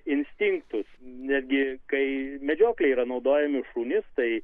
instinktus netgi kai medžioklėj yra naudojami šunys tai